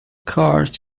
cars